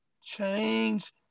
change